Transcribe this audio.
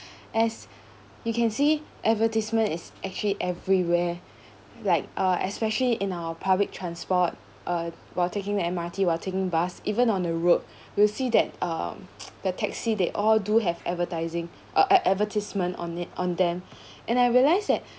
as you can see advertisement is actually everywhere like uh especially in our public transport uh while taking the M_R_T while taking bus even on the road you'll see that um the taxi they all do have advertising uh uh advertisement on it on them and I realise that